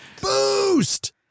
boost